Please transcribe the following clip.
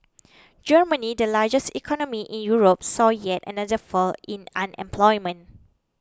Germany the largest economy in Europe saw yet another fall in unemployment